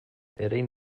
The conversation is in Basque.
erein